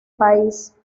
país